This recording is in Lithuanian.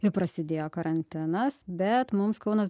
ir prasidėjo karantinas bet mums kaunas